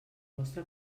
vostra